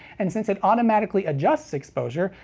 and since it automatically adjusts exposure,